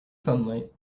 sunlight